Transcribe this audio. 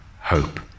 hope